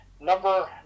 Number